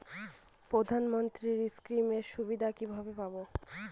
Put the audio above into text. প্রধানমন্ত্রী স্কীম এর সুবিধা কিভাবে পাবো?